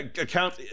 account